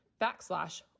backslash